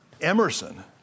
Emerson